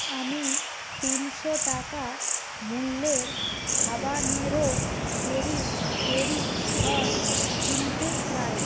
আমি তিনশো টাকা মূল্যের হাবানেরো পেরি পেরি সস কিনতে চাই